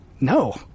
no